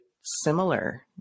similar